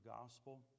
gospel